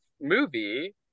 movie